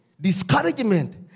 discouragement